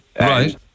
Right